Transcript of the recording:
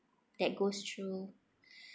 that goes through